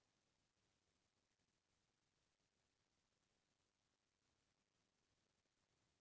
बियासी ल धान ह बने सजोर होही कइके किसान मन करथे